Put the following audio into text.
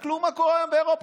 תסתכלו מה קורה היום באירופה,